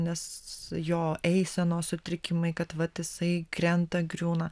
nes jo eisenos sutrikimai kad vat jisai krenta griūna